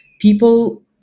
People